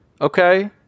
okay